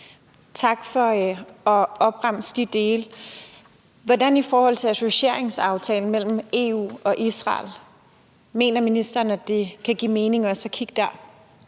Tak for at opremse de dele. Hvordan er det i forhold til associeringsaftalen mellem EU og Israel? Mener ministeren, at det kan give mening